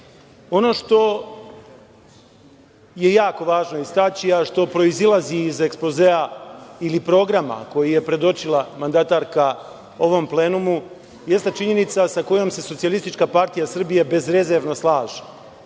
što je jako važno istaći, a što proizilazi iz ekspozea ili programa koji je predočila mandatarka ovom plenumu, jeste činjenica sa kojom se SPS bezrezervno slaže,